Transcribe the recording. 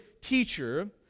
teacher